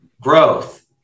growth